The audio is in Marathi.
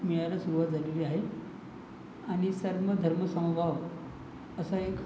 मिळायला सुरवात झालेली आहे आणि सर्मधर्मसमभाव असा एक